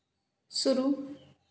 शुरू